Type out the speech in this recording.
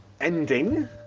ending